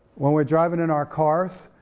when we're driving in our cars,